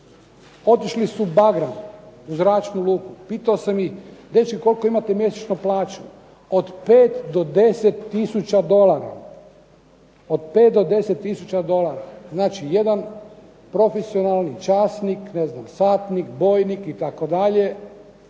Otišli su u Bagram u zračnu luku. Pitao sam ih dečki koliko imate mjesečno plaću. Od 5 do 10 tisuća dolara. Od 5 do 10 tisuća dolara. Znači, jedan profesionalni časnik, satnik, bojnik itd.